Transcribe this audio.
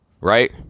right